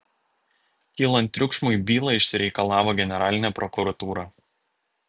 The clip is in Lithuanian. kylant triukšmui bylą išsireikalavo generalinė prokuratūra